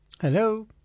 Hello